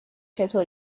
چطور